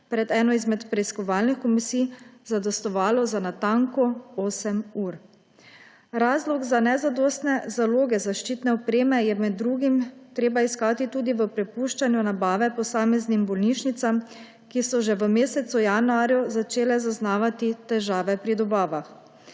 pred eno izmed preiskovalnih komisij zadostovalo za natanko 8 ur. Razlog za nezadostne zaloge zaščitne opreme je med drugim treba iskati tudi v prepuščanju nabave posameznim bolnišnicam, ki so že v mesecu januarju začele zaznavati težave pri dobavah.